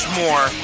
more